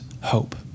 hope